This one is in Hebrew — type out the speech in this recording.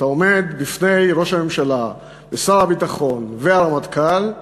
כשאתה עומד בפני ראש הממשלה, שר הביטחון והרמטכ"ל,